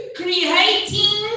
creating